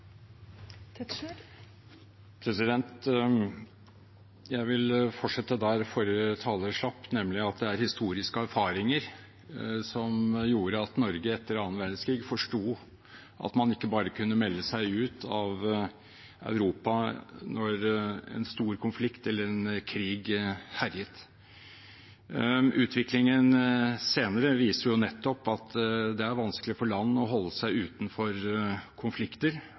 historien til. Jeg vil fortsette der forrige taler slapp, nemlig med at det er historiske erfaringer som gjorde at Norge etter annen verdenskrig forsto at man ikke bare kunne melde seg ut av Europa når en stor konflikt eller krig herjet. Utviklingen senere viser nettopp at det er vanskelig for land å holde seg utenfor konflikter,